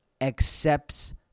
accepts